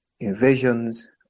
Invasions